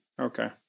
Okay